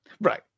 Right